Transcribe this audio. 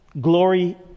Glory